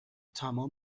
تمام